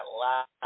last